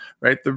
right